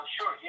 Sure